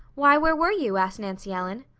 why, where were you? asked nancy ellen.